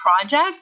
project